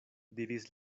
diris